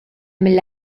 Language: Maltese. mill